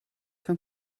von